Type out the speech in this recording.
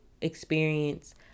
experience